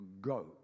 Go